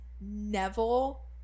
Neville